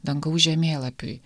dangaus žemėlapiui